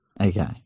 Okay